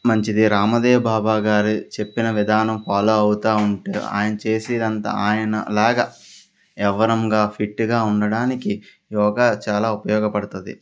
మంచిది రామదేవ్ బాబా గారు చెప్పిన విధానం ఫాలో అవుతు ఉంటే ఆయన చేసిందంతా ఆయనలాగా ఎవ్వరంగా ఫిట్గా ఉండడానికి యోగా చాలా ఉపయోగపడుతుంది